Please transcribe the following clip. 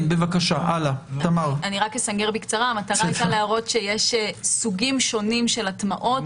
המטרה היתה להראות שיש סוגים שונים של הטמעות,